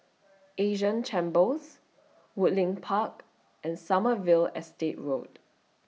Asian Chambers Woodleigh Park and Sommerville Estate Road